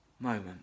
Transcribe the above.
moment